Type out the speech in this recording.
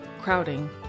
crowding